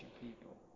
people